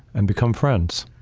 and become friends.